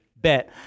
bet